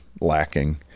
lacking